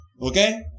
Okay